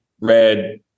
red